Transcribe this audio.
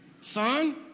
Son